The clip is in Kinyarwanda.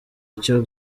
icyo